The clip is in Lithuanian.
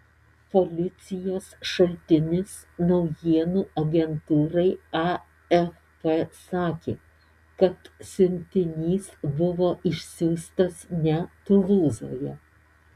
policijos šaltinis naujienų agentūrai afp sakė kad siuntinys buvo išsiųstas ne tulūzoje